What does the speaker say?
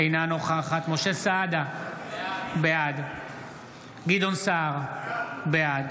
אינה נוכחת משה סעדה, בעד גדעון סער, בעד